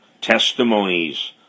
testimonies